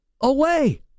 away